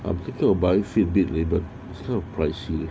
updated by fitbit labelled her a pricey